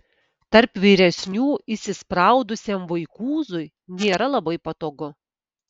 tarp vyresnių įsispraudusiam vaikūzui nėra labai patogu